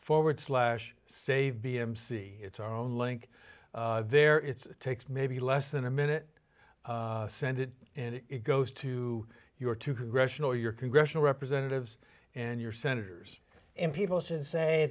forward slash save b m c it's our own link there it's takes maybe less than a minute send it and it goes to your to congressional your congressional representatives and your senators and people say